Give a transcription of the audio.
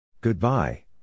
Goodbye